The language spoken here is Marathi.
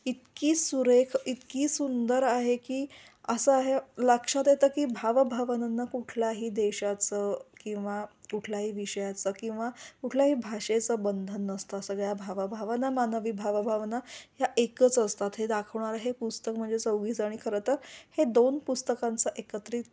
इतकी सुरेख इतकी सुंदर आहे की असं आहे लक्षात येतं की भावाभावनांना कुठल्याही देशाचं किंवा कुठल्याही विषयाचं किंवा कुठल्याही भाषेचं बंधन नसतं सगळ्या भावाभावना मानवी भावाभवना ह्या एकच असतात हे दाखवणारं हे पुस्तक म्हणजे चौघीजणी खरं तर हे दोन पुस्तकांच एकत्रित